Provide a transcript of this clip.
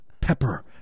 pepper